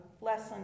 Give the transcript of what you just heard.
lesson